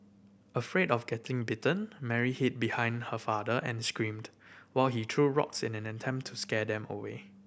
afraid of getting bitten Mary hid behind her father and screamed while he threw rocks in an attempt to scare them away